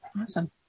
Awesome